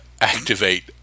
activate